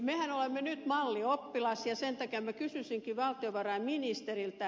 mehän olemme nyt mallioppilas ja sen takia minä kysyisinkin valtiovarainministeriltä